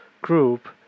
group